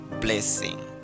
blessing